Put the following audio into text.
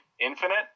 infinite